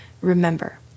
Remember